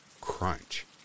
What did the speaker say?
crunch